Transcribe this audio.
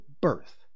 birth